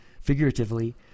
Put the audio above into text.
figuratively